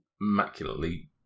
immaculately